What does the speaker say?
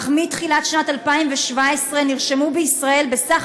אך מתחילת שנת 2017 נרשמו בישראל בסך